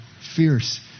fierce